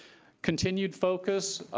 continued focus.